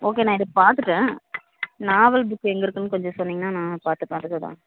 okay நான் இதை பார்த்துட்டேன் நாவல் புக் எங்கே இருக்குன்னு கொஞ்சம் சொன்னீங்கன்னா நான் பார்த்துப்பேன் அதுக்கு தான்